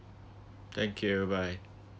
thank you bye bye